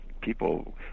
people